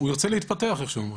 לא נראה ככה.